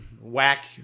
whack